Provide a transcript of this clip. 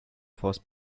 force